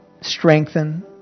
strengthen